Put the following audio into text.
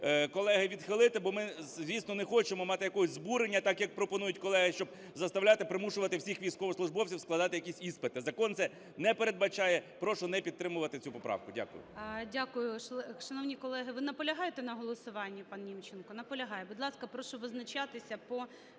колеги відхилити, бо ми, звісно, не хочемо мати якогось збурення, так як пропонують колеги, щоб заставляти, примушувати всіх військовослужбовців складати якісь іспити. Закон це не передбачає, прошу не підтримувати цю поправку. Дякую. ГОЛОВУЮЧИЙ. Дякую. Шановні колеги! Ви наполягаєте на голосуванні, пан Німченко? Наполягає. Будь ласка, прошу визначатися по